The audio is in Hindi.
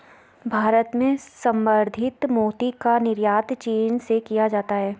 भारत में संवर्धित मोती का निर्यात चीन से किया जाता है